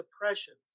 depressions